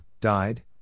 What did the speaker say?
died